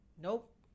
Nope